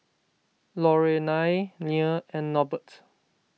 Lorelai Leah and Norbert